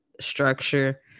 structure